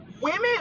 Women